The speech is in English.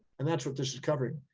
and that's what this is covering.